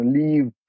leave